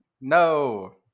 No